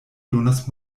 donas